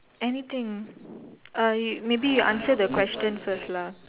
anything or maybe you answer the question first lah